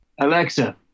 Alexa